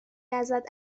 ازت